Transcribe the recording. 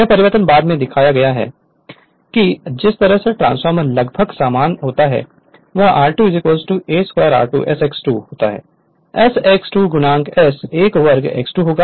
यह परिवर्तन बाद में दिखाया गया है कि जिस तरह से ट्रांसफॉर्मर लगभग समान होता है वह r2 ' a square r2 s X 2 ' होगा s X 2 s एक वर्ग X 2 होगा और यहाँ यह साइड 22 'है